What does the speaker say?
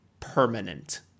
permanent